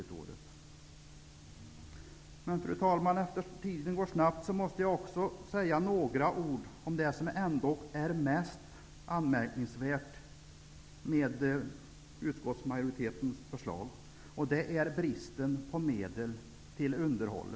Tiden går snabbt, men jag måste ändå säga några ord om det som ändock är mest anmärkningsvärt i utskottsmajoritetens förslag. Det är bristen på medel till underhåll.